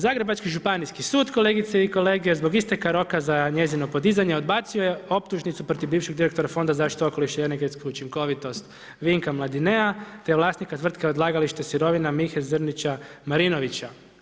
Zagrebački županijski sud, kolegice i kolege, zbog isteka roka za njezino podizanje odbacuje optužnice protiv bivšeg direktora Fonda za zaštitu okoliša i energetsku učinkovitost Vinka Mladineja, te vlasnika tvrtke odlagalište sirovina Mihe Zrnića Marinovića.